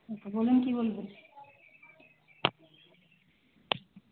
বলুন কী বলবেন